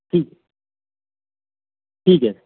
ठीक आहे ठीक आहे ना